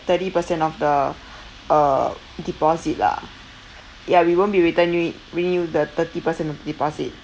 thirty percent of the uh deposit lah ya we won't be returning you the thirty percent of the deposit